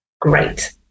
great